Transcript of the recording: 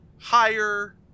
Higher